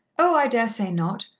oh, i dare say not.